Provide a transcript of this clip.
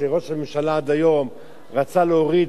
שראש הממשלה עד היום רצה להוריד,